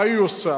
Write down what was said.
מה היא עושה?